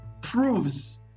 proves